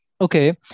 Okay